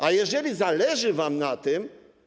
A jeżeli zależy wam na tym.